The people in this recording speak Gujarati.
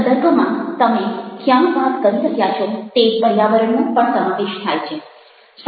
સંદર્ભમાં તમે ક્યાં વાત કરી રહ્યા છો તે પર્યાવરણનો પણ સમાવેશ થાય છે